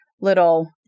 little